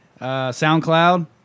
SoundCloud